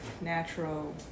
natural